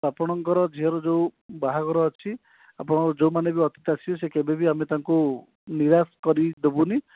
ଆପଣଙ୍କର ଝିଅର ଯେଉଁ ବାହାଘର ଅଛି ଆପଣଙ୍କର ଯେଉଁମାନେ ବି ଅତିଥି ଆସିବେ ସେ କେବେ ବି ଆମେ ତାଙ୍କୁ ନିରାଶ କରି ଦେବୁନି